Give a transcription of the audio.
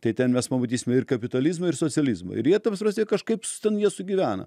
tai ten mes pamatysime ir kapitalizmą ir socializmą ir jie ta prasme kažkaip ten jie sugyvena